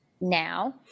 now